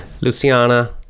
luciana